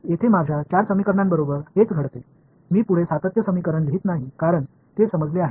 येथे माझ्या चार समीकरणासोबत हेच घडते मी पुढे सातत्य समीकरण लिहित नाही कारण ते समजले आहे